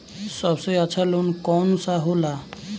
सबसे अच्छा लोन कौन सा होला?